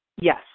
Yes